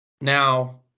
Now